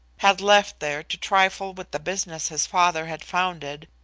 had left there to trifle with the business his father had founded,